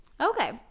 okay